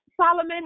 Solomon